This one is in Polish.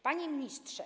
Panie Ministrze!